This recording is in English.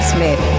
Smith